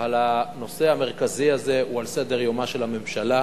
אבל הנושא המרכזי הזה הוא על סדר-יומה של הממשלה,